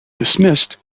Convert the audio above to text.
dismissed